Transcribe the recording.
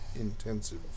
intensive